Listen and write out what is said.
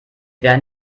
werden